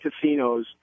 casinos